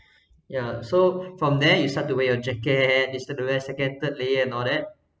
ya so from there you start to wear a jacket it's the way second third layer and all that